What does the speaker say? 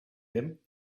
him